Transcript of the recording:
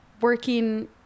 working